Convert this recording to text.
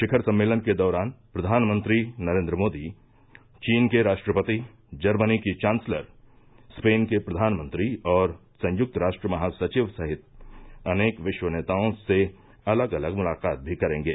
शिखर सम्मेलन के दौरान प्रधानमंत्री नरेन्द्र मोदी चीन के राष्ट्रपति जर्मनी की चांसलर स्पेन के प्रधानमंत्री और संयुक्तराष्ट्र महासविव सहित अनेक विश्व नेताओं से अलग अलग मुलाकात भी करेंगे